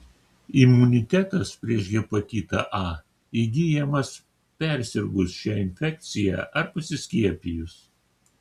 imunitetas prieš hepatitą a įgyjamas persirgus šia infekcija ar pasiskiepijus